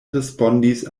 respondis